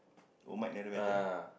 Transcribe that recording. oh mike nearer better